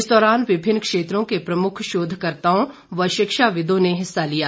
इस दौरान विभिन्न क्षेत्रों के प्रमुख शोधकर्ताओं व शिक्षाविदों ने हिस्सा लिया